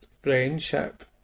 friendship